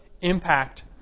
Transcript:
impact